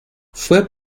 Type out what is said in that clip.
fue